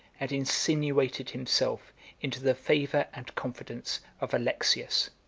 and insinuated himself into the favor and confidence of alexius,